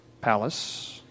palace